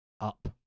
up